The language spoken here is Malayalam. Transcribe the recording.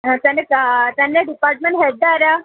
തൻ്റെ തൻ്റെ ഡിപ്പാട്മെൻറ്റ് ഹെഡ്ഡാരാണ്